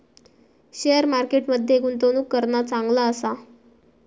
share market मध्ये गुंतवणूक करणा चांगला आसा